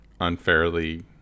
unfairly